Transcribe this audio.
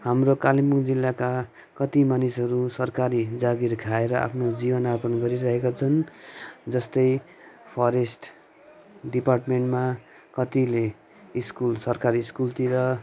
हाम्रो कालिम्पोङ जिल्लाका कति मानिसहरू सरकारी जागिर खाएर आफ्नो जीवनयापन गरिरहेका छन् जस्तै फरेस्ट डिपार्टमेन्टमा कतिले स्कुल सरकारी स्कुलतिर